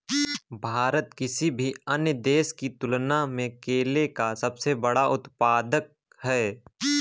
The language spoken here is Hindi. भारत किसी भी अन्य देश की तुलना में केले का सबसे बड़ा उत्पादक है